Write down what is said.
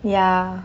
ya